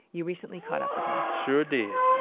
you recently caught up with him sure did.